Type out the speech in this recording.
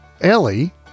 Ellie